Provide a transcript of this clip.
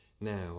now